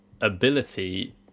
ability